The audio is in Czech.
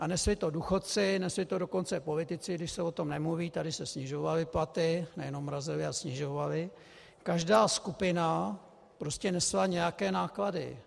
A nesli to důchodci, nesli to dokonce politici, i když se o tom nemluví, tady se snižovaly platy, nejenom mrazily, ale snižovaly, každá skupina prostě nesla nějaké náklady.